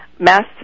mass